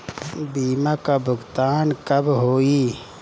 बीमा का भुगतान कब होइ?